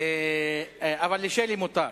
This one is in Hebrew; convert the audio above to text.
אבל לשלי מותר.